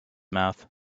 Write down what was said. mouth